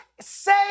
say